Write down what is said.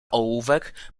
ołówek